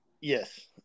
Yes